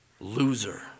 loser